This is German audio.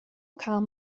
kam